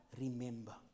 remember